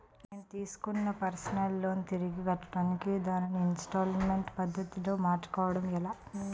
నేను తిస్కున్న personal loan తిరిగి కట్టడానికి దానిని ఇంస్తాల్మేంట్ పద్ధతి లో మార్చుకోవడం ఎలా?